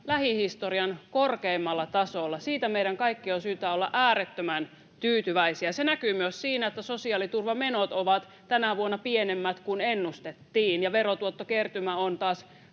lähihistorian korkeimmalla tasolla. Siitä meidän kaikkien on syytä olla äärettömän tyytyväisiä. Se näkyy myös siinä, että sosiaaliturvamenot ovat tänä vuonna pienemmät kuin ennustettiin ja verotuottokertymä on taas